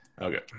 Okay